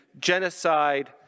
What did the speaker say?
genocide